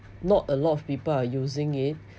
not a lot of people are using it